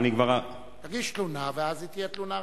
תגיש תלונה, ואז היא תהיה תלונה רשמית.